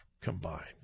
combined